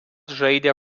žaidė